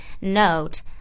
note